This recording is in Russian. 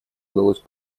удалось